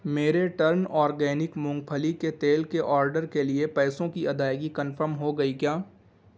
میرے ٹرن اورگینک مونگ پھلی کے تیل کے آرڈر کے لیے پیسوں کی ادائگی کنفرم ہو گئی کیا